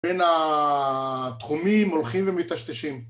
בין התחומים הולכים ומטשטשים